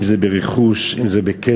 אם זה ברכוש, אם זה בכסף.